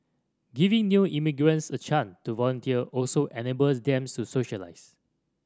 giving new immigrants a chance to volunteer also enables them so socialise